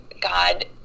god